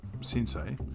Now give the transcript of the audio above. sensei